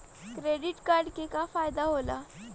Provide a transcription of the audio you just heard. Credit card के का फायदा होला?